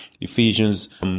Ephesians